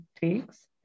takes